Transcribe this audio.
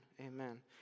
Amen